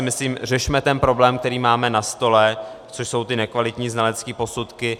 Myslím si, řešme ten problém, který máme na stole, což jsou ty nekvalitní znalecké posudky.